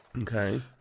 Okay